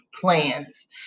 plans